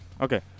Okay